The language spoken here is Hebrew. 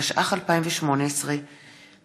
התשע"ח 2018,